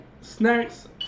snacks